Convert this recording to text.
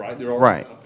right